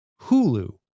Hulu